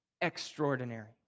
extraordinary